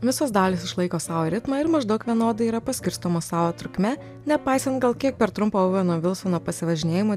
visos dalys išlaiko savo ritmą ir maždaug vienodai yra paskirstomos savo trukme nepaisant gal kiek per trumpo oveno vilsono pasivažinėjimo